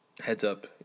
heads-up